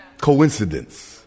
Coincidence